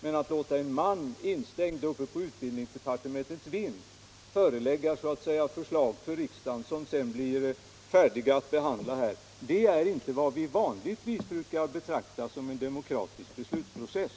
Men att låta en man instängd på utbildningsdepartementets vind framlägga förslag som sedan är färdiga att behandlas av riksdagen är inte vad vi vanligtvis brukar betrakta som en demokratisk beslutsprocess.